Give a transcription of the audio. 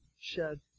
shed